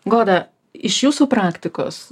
goda iš jūsų praktikos